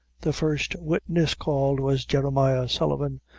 the first witness called was jeremiah sullivan,